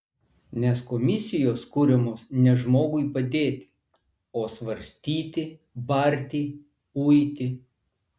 nes komisijos kuriamos ne žmogui padėti o svarstyti barti uiti